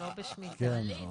תודה רבה,